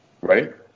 Right